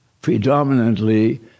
predominantly